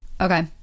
Okay